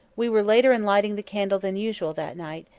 we were later in lighting the candle than usual that night,